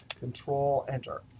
control enter.